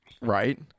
Right